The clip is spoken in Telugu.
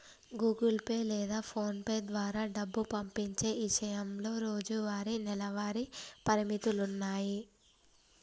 గుగుల్ పే లేదా పోన్పే ద్వారా డబ్బు పంపించే ఇషయంలో రోజువారీ, నెలవారీ పరిమితులున్నాయి